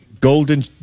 Golden